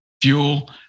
fuel